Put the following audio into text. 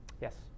Yes